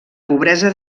pobresa